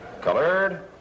Colored